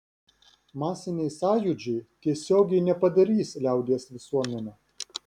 masiniai sąjūdžiai tiesiogiai nepadarys liaudies visuomene